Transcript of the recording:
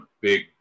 big